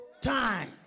time